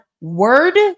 word